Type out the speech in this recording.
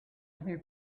other